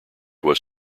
was